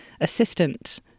assistant